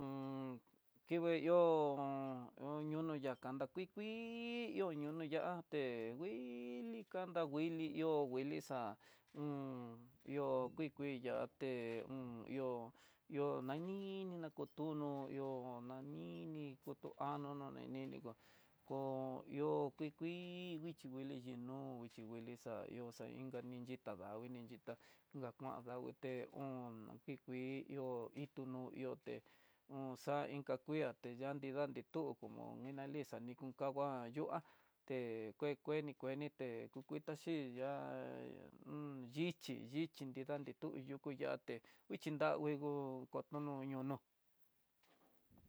tingue yo oñono kanda ki kuii, uñono ya'até, té nguili kanda kuili ihó nguixa, un yo ki kuiyaté un ihó ihó nani, na ku tu ihó nani ni kutu anó no né ninguo, ko iho kuii kuii nguixhi nguili xa ihó nguixhi nguili, xa inka diyeta dangui ni xhitá onga kuan davii té hon dikuii ihó ditondo ihoté hon xa inka kuidate yanti dandi tu oko mo'ó nila dixa ni kon kangua, na yuaté kue kue kuenité ku kuitaxhi ya'á, yichi, yichi nrida ni tuyú nruyu ya'á té nguixhi nra nguego kotoño nro no.